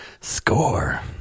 Score